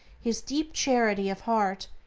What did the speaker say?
his deep charity of heart,